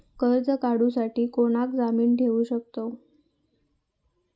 कर्ज काढूसाठी कोणाक जामीन ठेवू शकतव?